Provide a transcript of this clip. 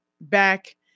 back